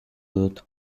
dut